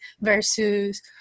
Versus